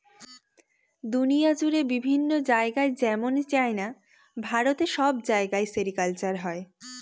দুনিয়া জুড়ে বিভিন্ন জায়গায় যেমন চাইনা, ভারত সব জায়গায় সেরিকালচার হয়